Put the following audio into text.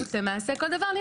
למעשה כל דבר נכנס.